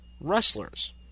wrestlers